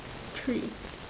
three